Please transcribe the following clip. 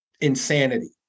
insanity